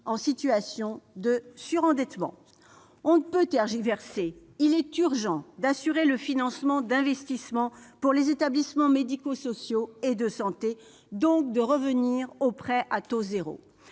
en situation de surendettement ? On ne peut tergiverser : il est urgent d'assurer le financement d'investissements en faveur des établissements médico-sociaux et de santé, donc de revenir aux prêts à taux zéro.